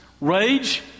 rage